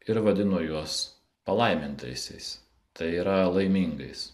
ir vadino juos palaimintaisiais tai yra laimingais